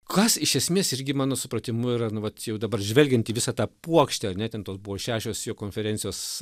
kas iš esmės irgi mano supratimu yra nu vat jau dabar žvelgiant į visą tą puokštę ane ten tos buvo šešios jo konferencijos